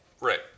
Right